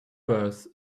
firs